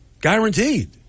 guaranteed